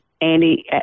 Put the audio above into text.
Andy